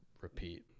repeat